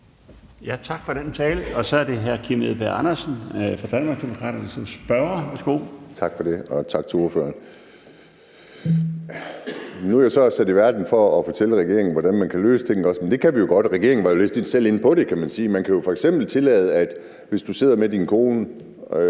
som spørger. Værsgo. Kl. 17:00 Kim Edberg Andersen (DD): Tak for det. Og tak til ordføreren. Nu er jeg jo sat i verden til at fortælle regeringen, hvordan man kan løse ting. Det kan vi jo godt, og regeringen var selv lidt inde på det, kan man sige. Man kan jo f.eks. tillade det, hvis du sidder med din kone